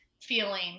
feeling